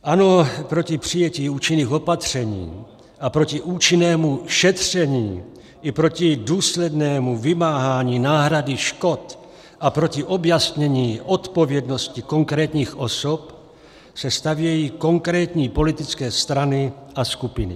Ano, proti přijetí účinných opatření a proti účinnému šetření i proti důslednému vymáhání náhrady škod a proti objasnění odpovědnosti konkrétních osob se stavějí konkrétní politické strany a skupiny.